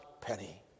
penny